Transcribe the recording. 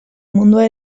mundua